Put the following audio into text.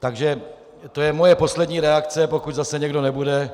Takže to je moje poslední reakce, pokud mě zase někdo nebude